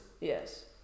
Yes